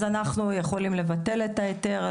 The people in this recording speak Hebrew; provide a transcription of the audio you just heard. אז אנחנו יכולים לבטל את ההיתר,